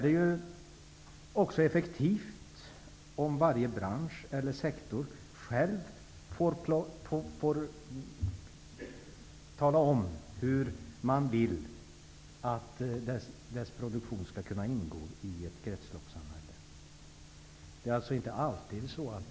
Det är ofta effektivt om varje bransch eller sektor själv får tala om hur man vill att dess produktion skall ingå i ett kretsloppssamhälle.